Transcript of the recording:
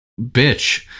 Bitch